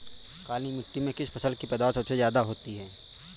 काली मिट्टी में किस फसल की पैदावार सबसे ज्यादा होगी?